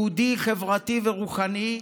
יהודי, חברתי ורוחני,